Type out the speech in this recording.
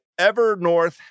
Evernorth